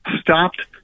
stopped